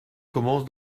commence